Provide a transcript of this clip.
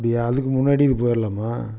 அப்படியா அதுக்கு முன்னாடி இது போயிடலாமா